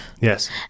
Yes